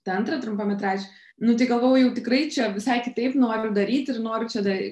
tą antrą trumpametražį nu tai galvojau jau tikrai čia visai kitaip noriu daryti ir noriu čia dar